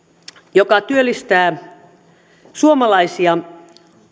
joka työllistää suomalaisia